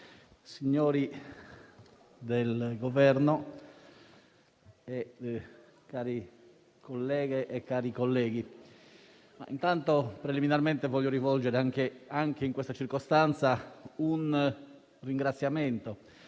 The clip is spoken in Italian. signori del Governo, care colleghe e cari colleghi, desidero preliminarmente rivolgere, anche in questa circostanza, un ringraziamento